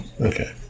Okay